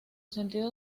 sentido